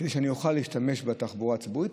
כדי שאני אוכל להשתמש בתחבורה הציבורית.